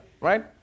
right